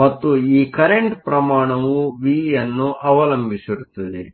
ಮತ್ತು ಈ ಕರೆಂಟ್ ಪ್ರಮಾಣವು ವಿಯನ್ನು ಅವಲಂಬಿಸಿರುತ್ತದೆ